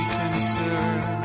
concern